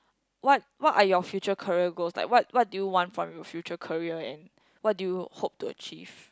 what what are your future career goals like what what do you want from your future career and what do you hope to achieve